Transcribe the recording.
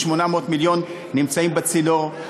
ו-800 מיליון נמצאים בצינור.